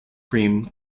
cream